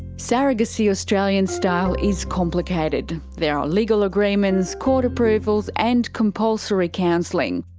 surrogacy australian style is complicated. there are legal agreements, court approvals and compulsory counselling.